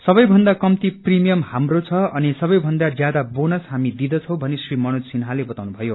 सबै भन्दा कम्ती प्रीमियम हाम्रो छ अनि सबैभन्दा ज्यादा बोनस हामी दिँदछौ भनी श्री मनोज सिन्हाले बताउनु भयो